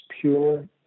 pure